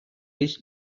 eix